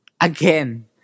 Again